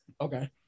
Okay